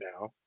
now